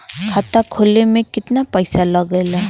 खाता खोले में कितना पैसा लगेला?